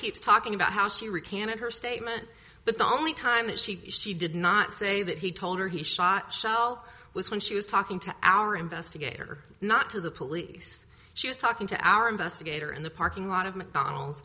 keeps talking about how she recanted her statement but the only time that she she did not say that he told her he shot shell was when she was talking to our investigator not to the police she was talking to our investigator in the parking lot of mcdonald